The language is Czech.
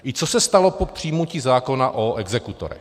I co se stalo po přijmutí zákona o exekutorech?